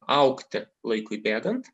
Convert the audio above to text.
augti laikui bėgant